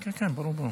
בבקשה.